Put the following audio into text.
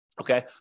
okay